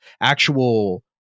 actual